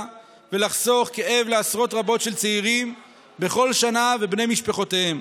ולחסוך כאב לעשרות רבות של צעירים בכל שנה ולבני משפחותיהם.